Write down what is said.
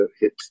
hit